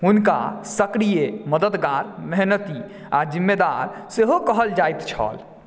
हुनका सक्रिय मददगार मेहनती आ जिम्मेदार सेहो कहल जाइत छल